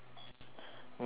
nut also